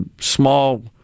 small